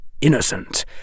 innocent